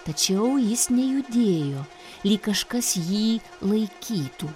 tačiau jis nejudėjo lyg kažkas jį laikytų